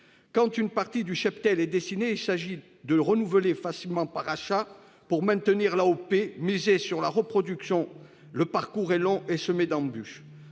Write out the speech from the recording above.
Quand une partie du cheptel est décimée, on ne peut le renouveler facilement par achat. Pour maintenir l’AOP, il faut miser sur la reproduction ; le parcours est long et semé d’embûches.